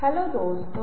नमस्कार दोस्तों